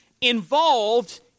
involved